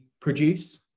produce